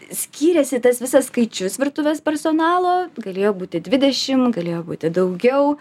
skyrėsi tas visas skaičius virtuvės personalo galėjo būti dvidešim galėjo būti daugiau